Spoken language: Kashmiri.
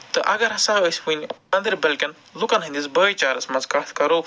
تہٕ اَگر ہسا أسۍ ؤنۍ گاندربَل کٮ۪ن لُکَن ۂنٛدِس بٲے چارَس منٛز کَتھ کَرَو